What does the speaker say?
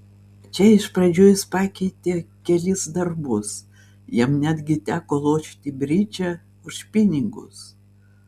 čia iš pradžių jis pakeitė kelis darbus jam netgi teko lošti bridžą už pinigus